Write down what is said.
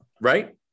right